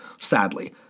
sadly